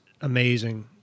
amazing